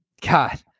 God